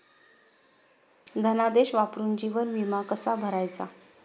धनादेश वापरून जीवन विमा कसा भरायचा?